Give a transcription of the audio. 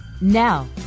Now